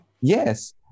Yes